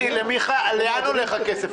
לאן הולך הכסף?